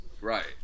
Right